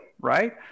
Right